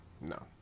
no